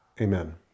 Amen